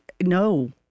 no